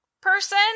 person